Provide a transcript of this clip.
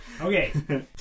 Okay